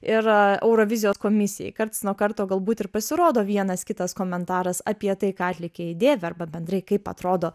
ir eurovizijos komisijai karts nuo karto galbūt ir pasirodo vienas kitas komentaras apie tai ką atlikėjai dėvi arba bendrai kaip atrodo